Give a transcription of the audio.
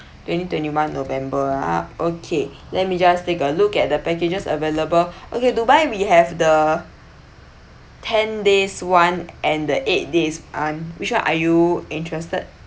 twenty twenty-one november ah okay let me just take a look at the packages available okay dubai we have the ten days [one] and the eight days [one] which [one] are you interested